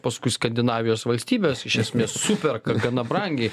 paskui skandinavijos valstybės iš esmės superka gana brangiai